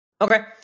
Okay